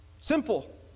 Simple